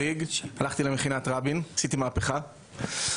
ולאתגר את עצמך מאיפה באתי ומאיפה אחרים באו?